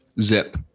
zip